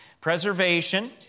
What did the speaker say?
Preservation